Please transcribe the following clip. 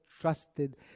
trusted